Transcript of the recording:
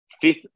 fifth